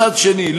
מצד שני,